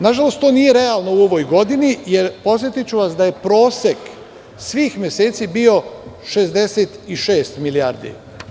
Nažalost, to nije realno u ovoj godini, jer podsetiću vas prosek svih meseci je bio 66 milijardi.